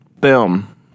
Boom